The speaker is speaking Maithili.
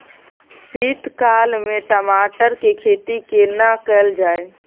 शीत काल में टमाटर के खेती केना कैल जाय?